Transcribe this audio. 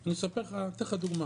אני אתן לך דוגמה.